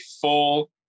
full